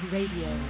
Radio